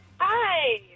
Hi